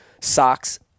socks